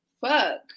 fuck